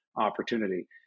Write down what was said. opportunity